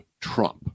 Trump